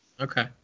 Okay